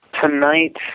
tonight